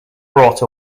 brought